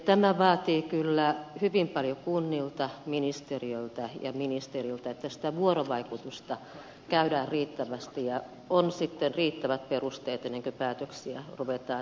tämä vaatii kyllä hyvin paljon kunnilta ministeriöltä ja ministeriltä että sitä vuorovaikutusta käydään riittävästi ja on sitten riittävät perusteet ennen kuin päätöksiä ruvetaan tekemään